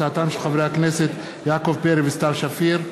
הצעתם של חברי הכנסת יעקב פרי וסתיו שפיר,